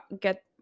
get